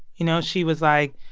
you know, she was like,